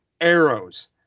Arrows